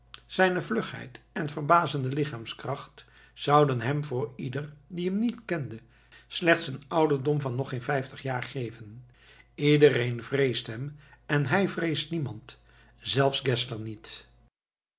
zijne vlugheid en verbazende lichaamskracht zouden hem voor ieder die hem niet kende slechts een ouderdom van nog geen vijftig jaar geven iedereen vreest hem en hij vreest niemand zelfs geszler niet